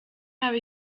habe